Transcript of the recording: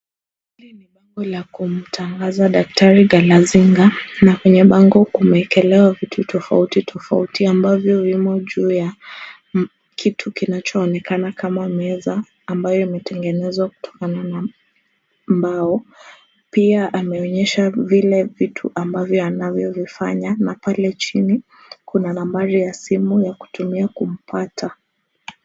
Hii ni bango la kumtangaza daktari kalasinga. Na kwenye bango kumwekelea vitu tofauti tofauti ambavyo vyomo juu ya kitu kinacho onekana kama meza ambayo imetengenezwa kutokana na mbao. Pia ameonyesha vile vitu ambavyo anavyovifanya na pale chini kuna nambari ya simu ya kutumia kumpata.